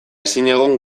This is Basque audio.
ezinegon